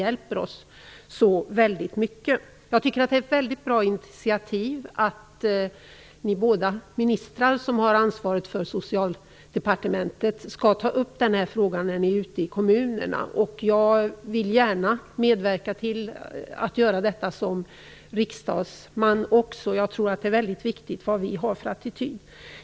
Jag tycker att det är ett väldigt bra att ni båda ministrar som har ansvaret för Socialdepartementet skall ta upp denna fråga när ni är ute i kommunerna. Jag vill också gärna medverka i detta arbete i min egenskap av riksdagsman. Det är väldigt viktigt vad vi har för attityd.